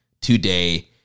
today